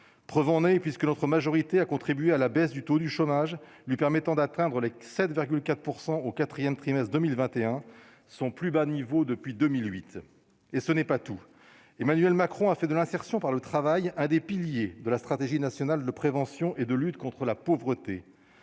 preuve en est, puisque notre majorité, a contribué à la baisse du taux du chômage lui permettant d'atteindre les 7,4 % au 4ème trimestre 2021, son plus bas niveau depuis 2008 et ce n'est pas tout : Emmanuel Macron, a fait de l'insertion par le travail, un des piliers de la stratégie nationale de prévention et de lutte contre la pauvreté,